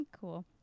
Cool